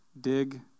dig